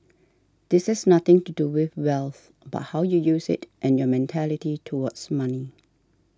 this has nothing to do with wealth but how you use it and your mentality towards money